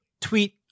tweet